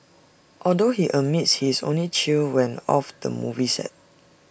although he admits he is only chill when off the movie set